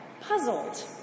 puzzled